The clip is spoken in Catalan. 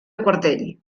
quartell